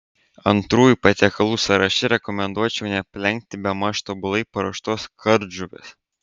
antrųjų patiekalų sąraše rekomenduočiau neaplenkti bemaž tobulai paruoštos kardžuvės